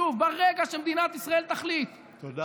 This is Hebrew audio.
שוב, ברגע שמדינת ישראל תחליט, תודה.